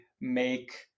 make